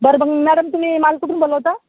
बरं मग मॅडम तुम्ही माल कुठून बोलवता